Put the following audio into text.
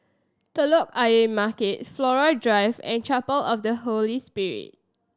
Telok Ayer Market Flora Drive and Chapel of the Holy Spirit